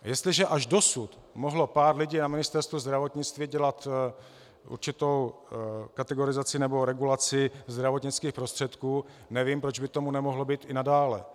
A jestliže až dosud mohlo pár lidí na Ministerstvu zdravotnictví dělat určitou kategorizaci nebo regulaci zdravotnických prostředků, nevím, proč by tomu nemohlo být i nadále.